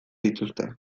dituzte